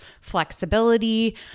flexibility